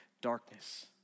darkness